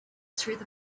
through